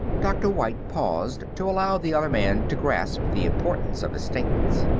dr. white paused to allow the other man to grasp the importance of his statements.